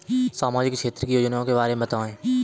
सामाजिक क्षेत्र की योजनाओं के बारे में बताएँ?